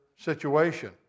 situation